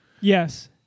Yes